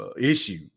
issue